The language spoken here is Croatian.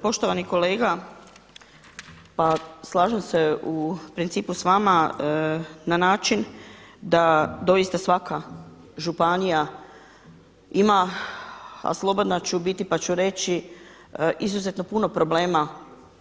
Poštovani kolega, pa slažem se u principu s vama na način da doista svaka županija ima a slobodna ću biti pa ću reći izuzetno puno problema